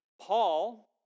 Paul